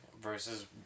versus